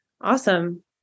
Awesome